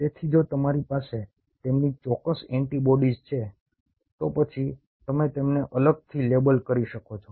તેથી જો તમારી પાસે તેમની ચોક્કસ એન્ટિબોડીઝ છે તો પછી તમે તેમને અલગથી લેબલ કરી શકો છો